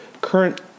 current